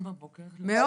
מאוד.